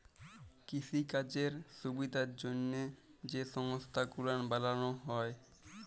কিসিকাজের সুবিধার জ্যনহে যে সংস্থা গুলান বালালো হ্যয়